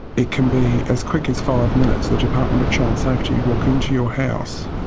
it can be as quick as five minutes. the department of child safety walk into your house,